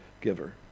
giver